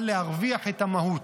אבל להרוויח את המהות.